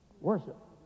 worship